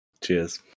Cheers